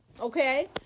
Okay